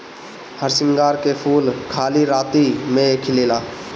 हरसिंगार के फूल खाली राती में खिलेला